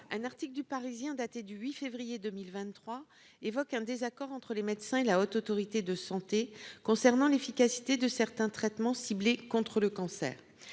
un article du Parisien daté du 8 février 2023 évoquent un désaccord entre les médecins et la Haute Autorité de Santé concernant l'efficacité de certains traitements ciblés contre le cancer.